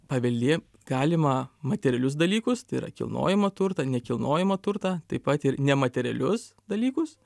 paveldėt galima materialius dalykus tai yra kilnojamą turtą nekilnojamą turtą taip pat ir nematerialius dalykus